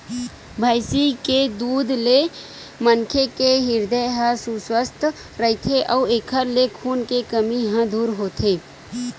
भइसी के दूद ले मनखे के हिरदे ह सुवस्थ रहिथे अउ एखर ले खून के कमी ह दूर होथे